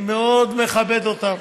אני מאוד מכבד אותם.